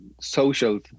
social